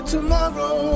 Tomorrow